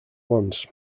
once